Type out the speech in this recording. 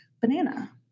banana